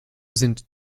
sind